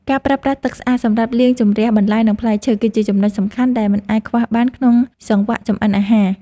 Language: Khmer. ការប្រើប្រាស់ទឹកស្អាតសម្រាប់លាងជម្រះបន្លែនិងផ្លែឈើ គឺជាចំណុចសំខាន់ដែលមិនអាចខ្វះបានក្នុងសង្វាក់ចម្អិនអាហារ។